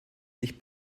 sich